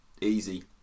Easy